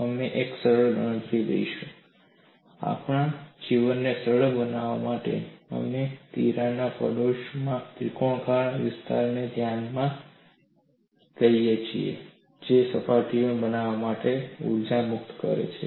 અમે એક સરળ ગણતરી કરીશું અને આપણા જીવનને સરળ બનાવવા માટે અમે તિરાડના પડોશમાં ત્રિકોણાકાર વિસ્તારને ધ્યાનમાં લઈએ છીએ જે બે નવી સપાટીઓ બનાવવા માટે ઊર્જા મુક્ત કરે છે